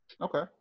Okay